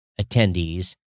attendees